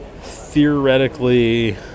theoretically